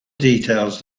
details